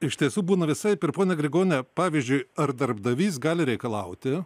iš tiesų būna visaip ir ponia grigoniene pavyzdžiui ar darbdavys gali reikalauti